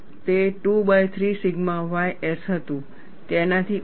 તે 2 by 3 sigma ys હતું તેનાથી ઓછું